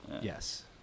Yes